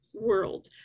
world